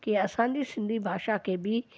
की असांजी सिंधी भाषा खे बि